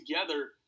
together